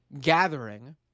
gathering